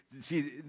see